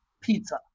pizza